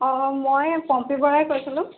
অঁ মই পম্পী বৰাই কৈছিলোঁ